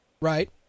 Right